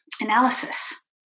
analysis